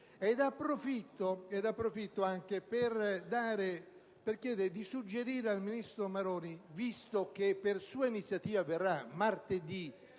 Approfitto anche per chiederle di suggerire al ministro Maroni, visto che per sua iniziativa verrà martedì